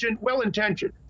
well-intentioned